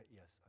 yes